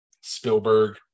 spielberg